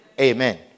Amen